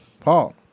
Paul